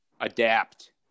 adapt